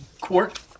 court